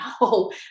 no